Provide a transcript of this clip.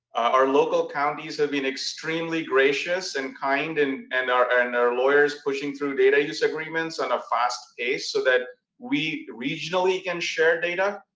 our local counties have been extremely gracious and kind, and and our and our lawyers pushing through data use agreements on a fast pace, so that we regionally can share data.